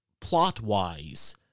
plot-wise